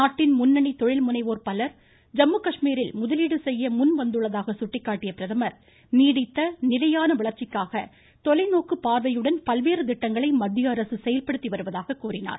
நாட்டின் முன்னணி தொழில் முனைவோர் பலர் ஜம்மு காஷ்மீரில் முதலீடு செய்ய முன்வந்துள்ளதாக சுட்டிக்காட்டிய பிரதமர் நீடித்த நிலையான வளர்ச்சிக்காக தொலைநோக்கு பார்வையுடன் பல்வேறு திட்டங்களை மத்தியஅரசு செயல்படுத்தி வருவதாக கூறினார்